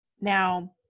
Now